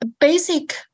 Basic